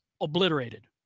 obliterated